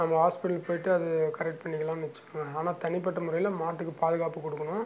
நம்ம ஹாஸ்ப்பிட்டல் போய்விட்டு அது கரெக்ட் பண்ணிக்கலானு வச்சிக்கோங்க ஆனால் தனிப்பட்ட முறையில் மாட்டுக்குப் பாதுகாப்பு கொடுக்குணும்